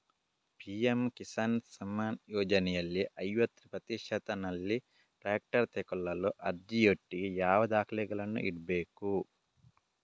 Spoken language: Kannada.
ಪಿ.ಎಂ ಕಿಸಾನ್ ಸಮ್ಮಾನ ಯೋಜನೆಯಲ್ಲಿ ಐವತ್ತು ಪ್ರತಿಶತನಲ್ಲಿ ಟ್ರ್ಯಾಕ್ಟರ್ ತೆಕೊಳ್ಳಲು ಅರ್ಜಿಯೊಟ್ಟಿಗೆ ಯಾವ ದಾಖಲೆಗಳನ್ನು ಇಡ್ಬೇಕು?